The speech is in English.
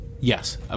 Yes